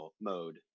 mode